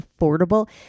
affordable